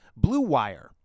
BLUEWIRE